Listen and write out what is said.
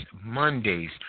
Mondays